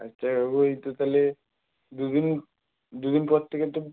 আচ্ছা কাকু ওইটা তাহলে দু দিন দু দিন পর থেকে তো